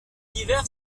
l’hiver